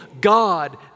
God